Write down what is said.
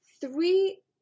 three